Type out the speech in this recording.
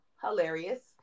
hilarious